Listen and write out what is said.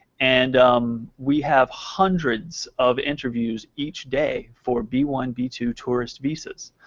and we have hundreds of interviews each day for b one b two tourist visas.